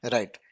Right